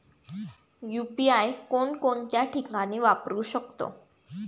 UPI कोणकोणत्या ठिकाणी वापरू शकतो?